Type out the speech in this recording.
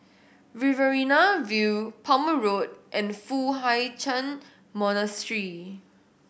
Riverina View Palmer Road and Foo Hai Ch'an Monastery